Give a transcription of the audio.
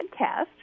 podcast